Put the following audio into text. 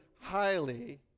highly